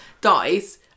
dies